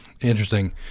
interesting